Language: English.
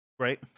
right